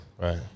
Right